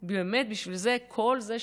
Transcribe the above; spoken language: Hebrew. באמת, בשביל זה כל זה שווה?